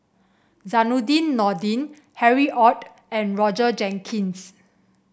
Zainudin Nordin Harry Ord and Roger Jenkins